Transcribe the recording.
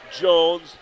jones